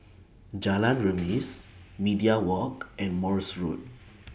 Jalan Remis Media Walk and Morse Road